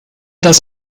das